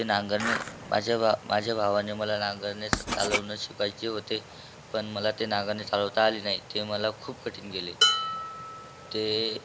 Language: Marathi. ते नांगरणे माझ्या भा माझ्या भावाने मला नांगरणे चालवणे शिकवायचे होते पण मला ते नांगरणे चालवता आले नाही ते मला खूप कठीण गेले ते